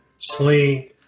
sling